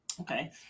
Okay